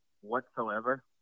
whatsoever